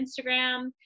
Instagram